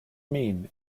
mean